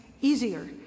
easier